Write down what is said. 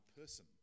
person